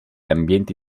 ambienti